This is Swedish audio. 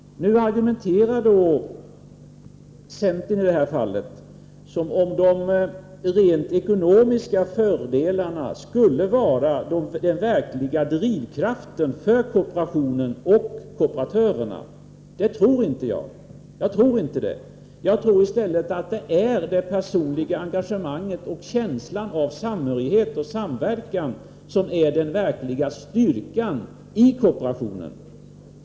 I det här sammanhanget argumenterar centern som om de rent ekonomiska fördelarna skulle vara den verkliga drivkraften för kooperationen och kooperatörerna. Jag tror inte att det är så. I stället tror jag att det är det personliga engagemanget samt känslan av samhörighet och samverkan som är den verkliga styrkan i kooperationen.